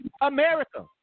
America